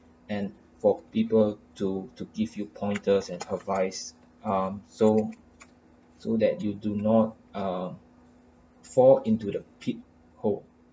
and for people to to give you pointers and advice ah so so that you do not ah fall into the pithole